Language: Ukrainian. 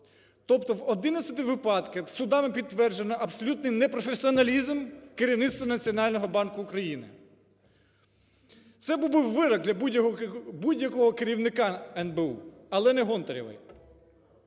Тобто в 11 випадках судами підтверджено абсолютний непрофесіоналізм керівництва Національного банку України. Це був би вирок для будь-якого керівника НБУ, але не Гонтаревої.